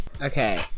Okay